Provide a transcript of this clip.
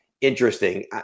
interesting